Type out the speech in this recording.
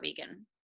vegan